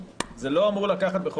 זה לא אמור לקחת שנה וחצי,